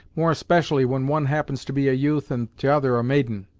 more especially when one happens to be a youth and t'other a maiden.